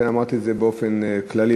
אמרתי את זה באופן כללי,